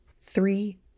Three